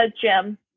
jim